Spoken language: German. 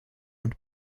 und